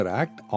act